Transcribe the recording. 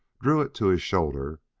drew it to his shoulder,